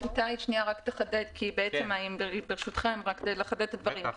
רק לחדד את הדברים.